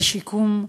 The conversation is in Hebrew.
לשיקום.